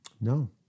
No